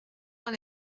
dans